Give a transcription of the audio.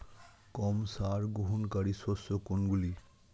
কম সার গ্রহণকারী শস্য কোনগুলি?